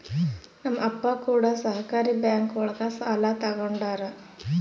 ನಮ್ ಅಪ್ಪ ಕೂಡ ಸಹಕಾರಿ ಬ್ಯಾಂಕ್ ಒಳಗ ಸಾಲ ತಗೊಂಡಾರ